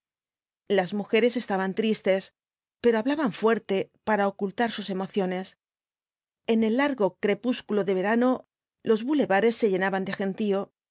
las mujeres estaban tristes pero hablaban fuerte para ocultar sus emociones en el largo crepúsculo de verano los bulevares se llenaban de gentío